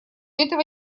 этого